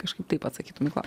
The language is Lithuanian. kažkaip taip atsakytum į kla